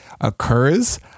occurs